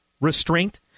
restraint